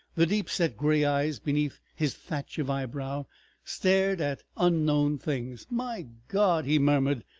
the deep-set gray eyes beneath his thatch of eyebrow stared at unknown things. my god! he murmured,